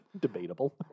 Debatable